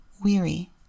weary